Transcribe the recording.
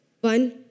One